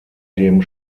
dem